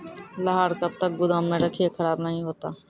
लहार कब तक गुदाम मे रखिए खराब नहीं होता?